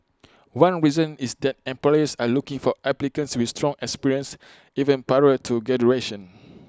one reason is that employers are looking for applicants with strong experience even prior to graduation